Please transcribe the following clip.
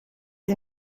sie